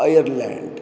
Ireland